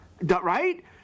right